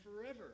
forever